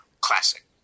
classic